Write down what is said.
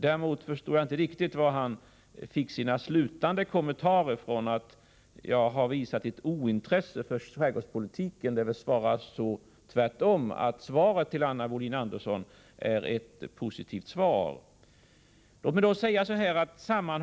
Däremot förstår jag inte vad han menade med slutkommentarerna i anförandet, när han sade att jag har visat ett ointresse för skärgårdspolitiken. Det är snarast tvärtom, vilket också framgår av det positiva svaret till Anna Wohlin-Andersson.